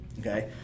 okay